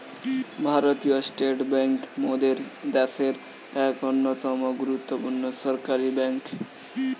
ভারতীয় state bank মোদের দ্যাশের এক অন্যতম গুরুত্বপূর্ণ সরকারি বেঙ্ক